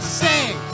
sing